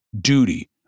duty